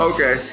Okay